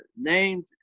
named